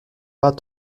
pas